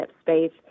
space